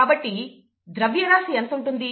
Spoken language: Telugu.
కాబట్టి ద్రవ్యరాశి ఎంత ఉంటుంది